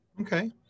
Okay